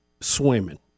swimming